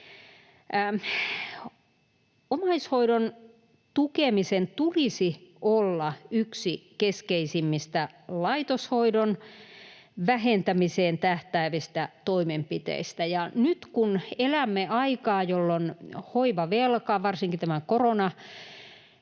Omaishoidon tukemisen tulisi olla yksi keskeisimmistä laitoshoidon vähentämiseen tähtäävistä toimenpiteistä, ja nyt kun elämme aikaa, jolloin hoivavelka varsinkin tämän